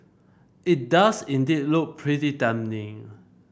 it does indeed look pretty damning